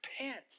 Repent